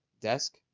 desk